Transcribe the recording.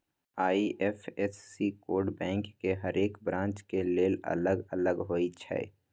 IFSC code bank के हरेक branch के लेल अलग अलग होई छै